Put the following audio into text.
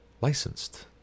licensed